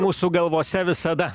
mūsų galvose visada